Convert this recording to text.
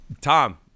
Tom